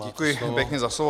Děkuji pěkně za slovo.